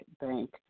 bank